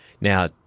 now